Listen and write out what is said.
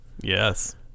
yes